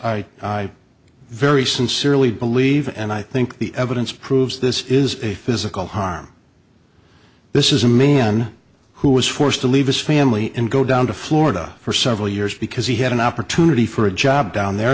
else very sincerely believe and i think the evidence proves this is a physical harm this is a man who was forced to leave his family and go down to florida for several years because he had an opportunity for a job down there